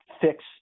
fix